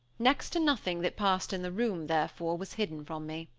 next to nothing that passed in the room, therefore, was hidden from me.